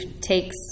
takes